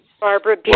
Barbara